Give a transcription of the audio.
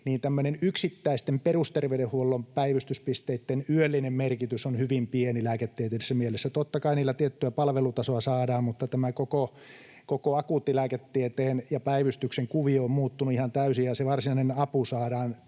yksittäisten perusterveydenhuollon päivystyspisteitten yöllinen merkitys on hyvin pieni lääketieteellisessä mielessä. Totta kai niillä tiettyä palvelutasoa saadaan, mutta tämä koko akuuttilääketieteen ja päivystyksen kuvio on muuttunut ihan täysin, ja se varsinainen apu saadaan